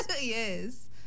Yes